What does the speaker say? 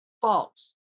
false